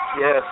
yes